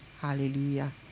Hallelujah